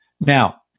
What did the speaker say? Now